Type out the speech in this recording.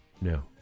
No